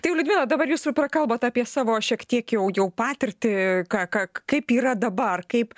tai liudmila dabar jūs jau prakalbot apie savo šiek tiek jau jau patirtį ką ką k kaip yra dabar kaip